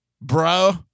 bro